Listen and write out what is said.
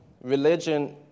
Religion